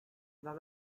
dans